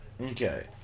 Okay